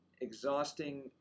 exhausting